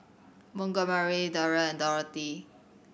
Montgomery Deryl and Dorothy